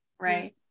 Right